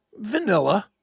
vanilla